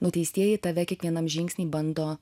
nuteistieji tave kiekvienam žingsny bando